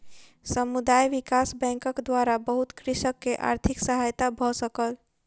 समुदाय विकास बैंकक द्वारा बहुत कृषक के आर्थिक सहायता भ सकल